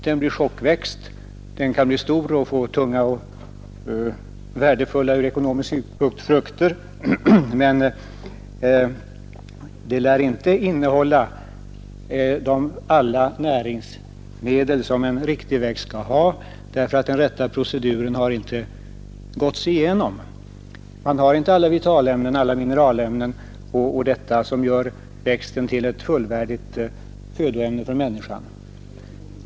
Den anses bli chockväxt, den kan bli stor och få frukter som är tunga och värdefulla ur ekonomisk synpunkt men som inte lär innehålla alla de näringsmedel som en riktig växt skall ha, därför att den rätta tillväxtproceduren inte har fullföljts. Växten har inte alla vitalämnen, alla mineralämnen och närsalter som gör den till ett fullvärdigt födoämne för människan.